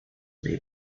may